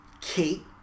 Kate